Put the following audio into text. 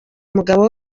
umugabo